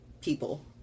people